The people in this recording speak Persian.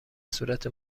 صورت